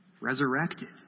resurrected